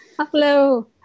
Hello